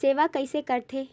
सेवा कइसे करथे?